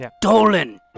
Dolan